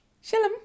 Shalom